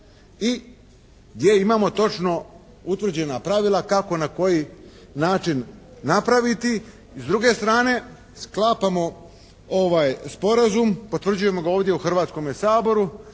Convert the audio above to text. i gdje imamo točno utvrđena pravila kako i na koji način napravi ti. I s druge strane sklapamo ovaj sporazum, potvrđujemo ga ovdje u Hrvatskom saboru.